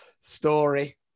story